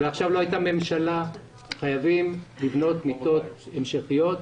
ואכן חייבים לבנות מיטות המשכיות.